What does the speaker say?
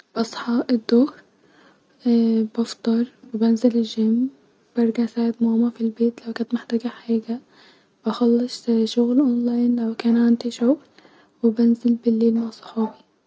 بصحي الضهر بفطر بنزل الجيم برجع اساعد ماما-في البيت لو كانت محتاجه حاجه-واخلص شغل اونلاين لو كان عندي شغل-وبنزل بليل مع صحابي